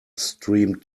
streamed